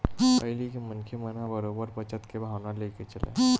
पहिली के मनखे मन ह बरोबर बचत के भावना लेके चलय